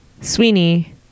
Sweeney